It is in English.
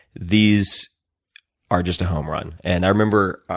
these are just a home run. and i remember